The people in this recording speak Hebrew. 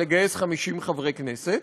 של לגייס 50 חברי כנסת,